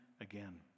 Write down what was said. again